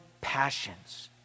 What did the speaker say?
passions